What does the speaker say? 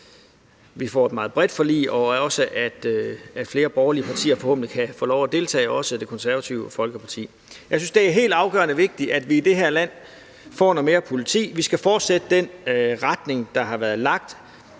vi får et meget bredt forlig, og også at flere borgerlige partier kan få lov at deltage, også Det Konservative Folkeparti. Jeg synes, det er helt afgørende vigtigt, at vi i det her land får noget mere politi. Vi skal fortsætte den retning, der har været lagt: